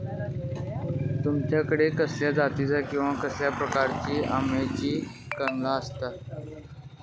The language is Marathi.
तुमच्याकडे कसल्या जातीची किवा कसल्या प्रकाराची आम्याची कलमा आसत?